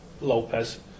Lopez